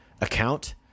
account